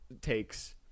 takes